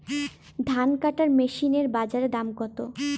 ধান কাটার মেশিন এর বাজারে দাম কতো?